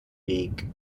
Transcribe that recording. weg